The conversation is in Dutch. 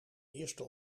eerste